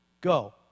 Go